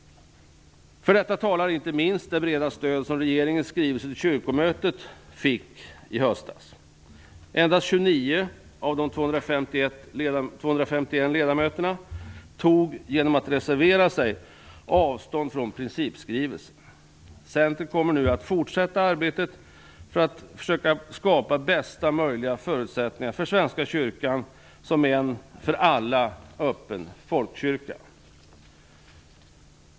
För detta talar inte minst det breda stöd som regeringens skrivelse till Kyrkomötet fick i höstas. Endast 29 av de 251 ledamöterna tog genom att reservera sig avstånd från principskrivelsen. Centern kommer nu att fortsätta arbetet för att försöka skapa bästa möjliga förutsättningar för Svenska kyrkan som en för alla öppen folkkyrka.